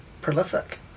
prolific